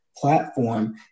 platform